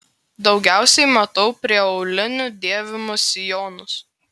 daugiausiai matau prie aulinių dėvimus sijonus